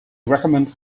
recommended